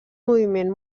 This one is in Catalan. moviment